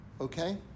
okay